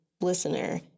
listener